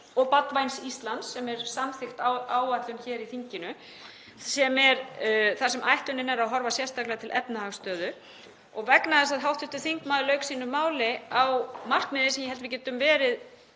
og Barnvæns Íslands, sem er samþykkt áætlun hér í þinginu, þar sem ætlunin er að horfa sérstaklega til efnahagsstöðu. Vegna þess að hv. þingmaður lauk sínu máli á markmiði sem ég held við getum alla